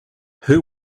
who